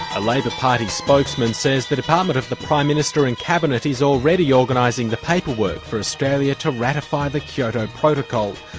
a like labor party spokesman says the department of the prime minister in cabinet is already organising the paperwork for australia to ratify the kyoto protocol.